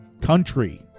country